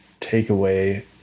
takeaway